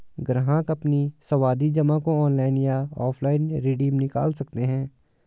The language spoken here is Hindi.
ग्राहक अपनी सावधि जमा को ऑनलाइन या ऑफलाइन रिडीम निकाल सकते है